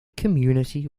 community